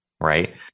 right